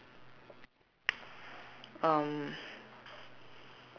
um